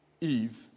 Eve